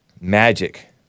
Magic